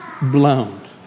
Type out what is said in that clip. blown